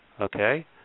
okay